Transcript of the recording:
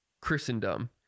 Christendom